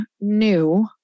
new